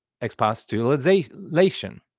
expostulation